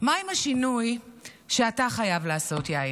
מה עם השינוי שאתה חייב לעשות, יאיר?